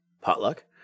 Potluck